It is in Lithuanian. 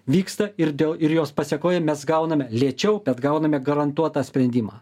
vyksta ir dėl ir jos pasekoj mes gauname lėčiau bet gauname garantuotą sprendimą